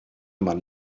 man